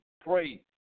pray